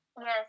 Yes